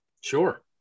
Sure